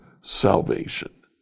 salvation